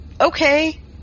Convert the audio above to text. Okay